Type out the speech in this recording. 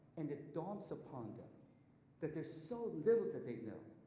and it dawns upon them that there's so little that they know.